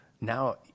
Now